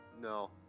no